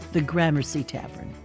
the gramercy tavern,